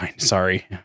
Sorry